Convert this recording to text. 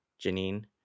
Janine